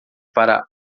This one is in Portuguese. para